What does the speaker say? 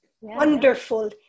Wonderful